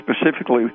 specifically